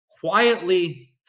quietly